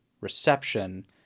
reception